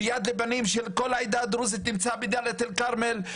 ויד לבנים של כל העדה הדרוזית נמצא בדאלית אל כרמל,